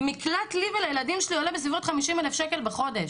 מקלט לי ולילדים שלי עולה בסביבות 50,000 שקל בחודש.